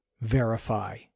verify